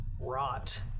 rot